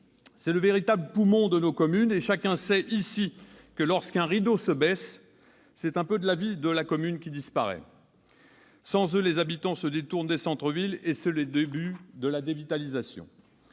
C'est le véritable poumon de nos communes, et chacun sait ici que, lorsqu'un rideau se baisse, c'est un peu de la vie de la commune qui disparaît. Sans commerces, les habitants se détournent des centres-villes, et c'est le début de la dévitalisation.